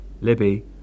Libby